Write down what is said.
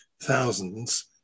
thousands